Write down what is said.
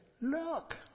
look